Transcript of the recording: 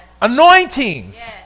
anointings